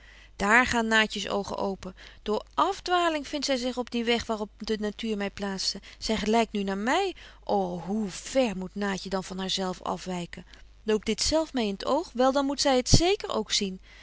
daar gaan naatjes oogen open door afdwaling vindt zy zich op dien weg waar op de natuur my plaatste zy gelykt nu naar my o hoe ver moet naatje dan van haar zelf afwyken loopt dit zelf my in t oog wel dan moet zy het zeker ook zien